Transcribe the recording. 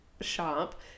shop